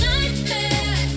Nightmare